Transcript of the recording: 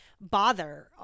bother